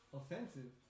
offensive